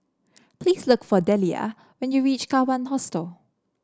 please look for Dellia when you reach Kawan Hostel